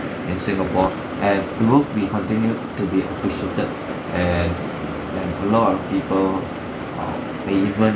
in singapore and would be continued to be appreciated and and a lot of people uh may even